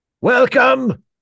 Welcome